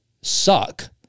suck